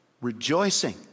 rejoicing